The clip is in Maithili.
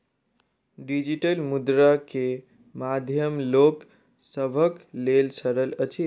डिजिटल मुद्रा के माध्यम लोक सभक लेल सरल अछि